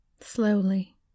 slowly